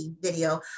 video